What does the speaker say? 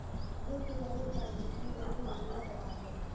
UPI ले transaction करे के विधि ला बतावव?